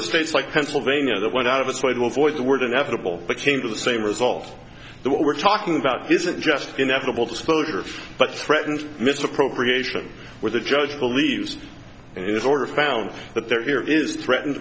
the states like pennsylvania that went out of its way to avoid the word inevitable but came to the same result the what we're talking about isn't just inevitable dispose of but threatens misappropriation where the judge believes in this order found that there is threatened